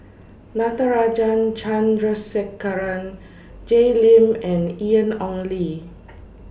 Natarajan Chandrasekaran Jay Lim and Ian Ong Li